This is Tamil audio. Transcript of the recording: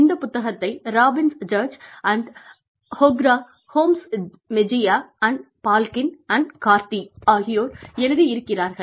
இந்த புத்தகத்தை Robbins Judge Vohra Gomez Mejia Balkin Cardy ஆகியோர் எழுதி இருக்கிறார்கள்